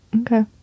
Okay